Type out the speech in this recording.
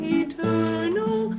eternal